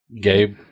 Gabe